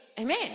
Amen